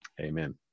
Amen